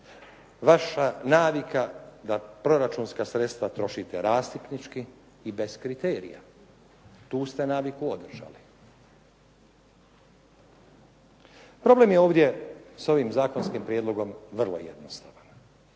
vaša navika da proračunska sredstva trošite rasipnički i bez kriterija. Tu ste naviku održali. Problem je ovdje, sa ovim zakonskim prijedlogom vrlo jednostavan.